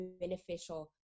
beneficial